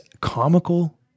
comical